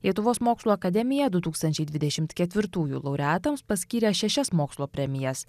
lietuvos mokslų akademija du tūkstančiai dvidešimt ketvirtųjų laureatams paskyrė šešias mokslo premijas